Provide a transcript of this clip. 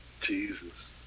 Jesus